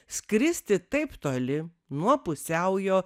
skristi taip toli nuo pusiaujo